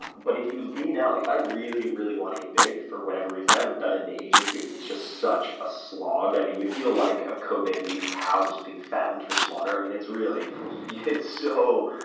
but if you lean out like if i really, really want to get big for whatever reason i haven't done it in ages because it's just such a slog. i mean you feel like a co-baby beef cow just being fattened for slaughter. i mean it's really it's so